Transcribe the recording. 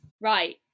right